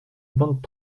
vingt